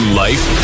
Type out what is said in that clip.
life